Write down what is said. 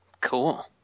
Cool